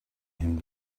him